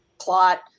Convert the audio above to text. plot